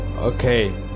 Okay